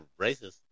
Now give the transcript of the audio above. racist